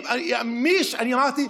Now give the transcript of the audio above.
אם הם לא, אני מושך אותם.